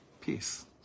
Peace